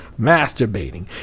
masturbating